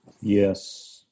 Yes